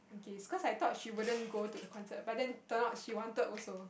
okay is cause I thought she wouldn't go to the concert but then turn out she wanted also